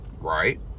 Right